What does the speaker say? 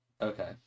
okay